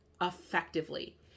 effectively